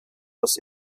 das